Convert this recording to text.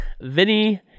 Vinny